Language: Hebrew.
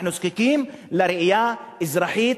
אנחנו זקוקים לראייה אזרחית,